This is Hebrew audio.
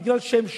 מפני שהם שונים?